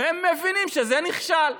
הם מבינים שזה נכשל,